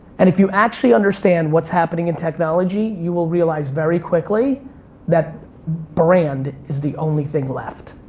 and if you actually understand what's happening in technology, you will realize very quickly that brand is the only thing left.